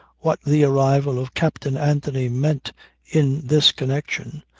what the arrival of captain anthony meant in this connection,